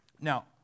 Now